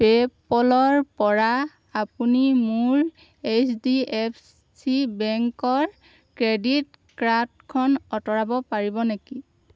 পে'পলৰ পৰা আপুনি মোৰ এইচ ডি এফ চি বেংকৰ ক্ৰেডিট কাৰ্ডখন আঁতৰাব পাৰিব নেকি